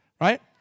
right